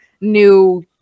new